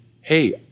hey